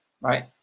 right